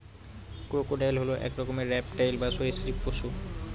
crocodile হল এক রকমের রেপ্টাইল বা সরীসৃপ পশু